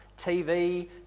TV